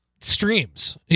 streams